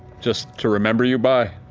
just to remember you by?